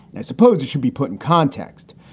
and i suppose it should be put in context.